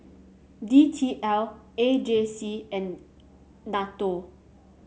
D T L A J C and NATO